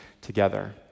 together